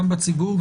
גם בציבור,